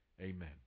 Amen